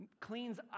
cleans